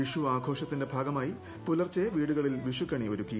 വിഷു ആഘോഷത്തിന്റെ ഭാഗമായി പുലർച്ചെ വീടുകളിൽ വിഷുക്കണി ഒരുക്കി